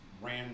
ran